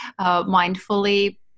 mindfully